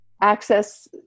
access